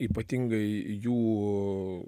ypatingai jų